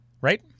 right